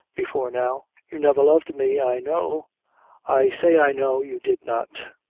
before now. you never loved me, i know i say i know you did not.